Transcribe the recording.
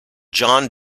john